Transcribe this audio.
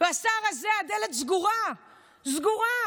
והשר הזה, הדלת סגורה, סגורה.